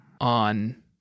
on